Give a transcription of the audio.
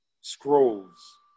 Scrolls